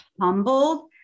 humbled